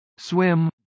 swim